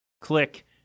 Click